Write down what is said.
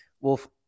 Wolf